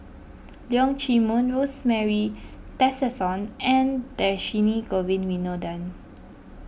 Leong Chee Mun Rosemary Tessensohn and Dhershini Govin Winodan